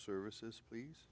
services please